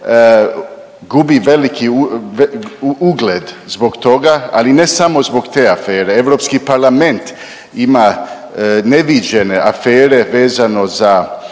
gubi veliki ugled zbog toga, ali ne samo zbog te afere, Europski parlament ima neviđene afere vezano za